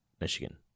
Michigan